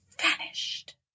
vanished